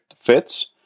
fits